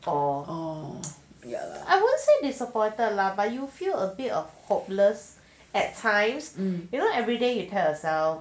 or ya I won't say disappointed lah but you feel a bit of hopeless at times you know everyday you tell yourself